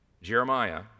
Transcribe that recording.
Jeremiah